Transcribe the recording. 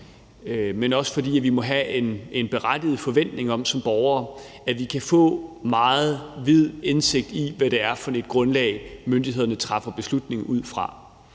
vi som borgere må have en berettiget forventning om, at vi kan få meget vid indsigt i, hvad det er for et grundlag, myndighederne træffer beslutninger på.